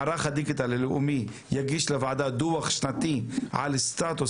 מערך הדיגיטל הלאומי יגיש לוועדה דוח שנתי על סטטוס